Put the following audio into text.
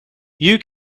you